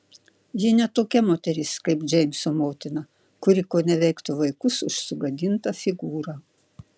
ji ne tokia moteris kaip džeimso motina kuri koneveiktų vaikus už sugadintą figūrą